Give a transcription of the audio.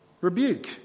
rebuke